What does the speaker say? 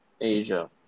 Asia